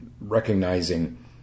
recognizing